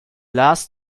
last